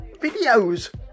videos